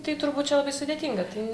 tai turbūt čia labai sudėtinga tai